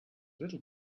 little